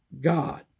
God